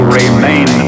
remain